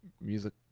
music